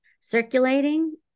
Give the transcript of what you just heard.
circulating